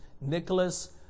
Nicholas